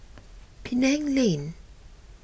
Penang Lane